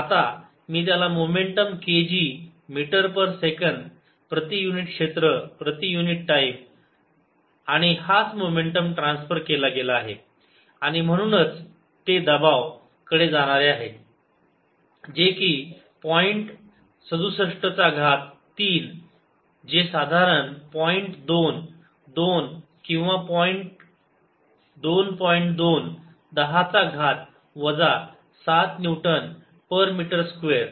आता मी त्याला momentum k g metre per second प्रति युनिट क्षेत्र प्रति युनिट टाईम आणि हाच मोमेंटम ट्रान्सफर केला गेला आणि म्हणूनच ते दबाव प्रेशर कडे जाणारे आहे जे कि पॉईंट 67 चा घात 3 जे साधारणतः पॉईंट 2 2 किंवा 2 पॉईंट 2 10 चा घात वजा 7 न्यूटन पर मीटर स्क्वेअर तेच उत्तर आहे